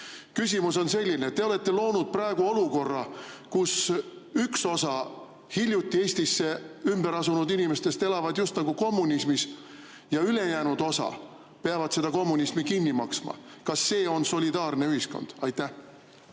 küsimus on järgmine. Te olete loonud olukorra, kus üks osa hiljuti Eestisse ümber asunud inimestest elavad just nagu kommunismis ja ülejäänud osa peavad seda kommunismi kinni maksma. Kas see on solidaarne ühiskond? Aitäh!